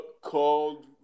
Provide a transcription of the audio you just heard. called